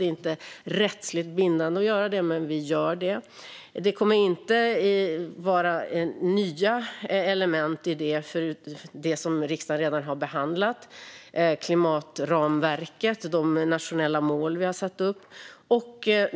Det är inte rättsligt bindande att göra det, men vi gör det. Det kommer inte att vara nya element i det utöver det riksdagen redan har behandlat, det vill säga klimatramverket och de nationella mål vi har satt upp.